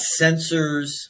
sensors